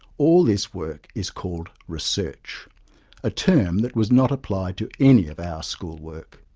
all this work is called research a term that was not applied to any of our schoolwork.